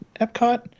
Epcot